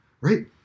right